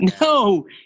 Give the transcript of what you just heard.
No